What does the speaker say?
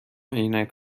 عینک